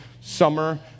summer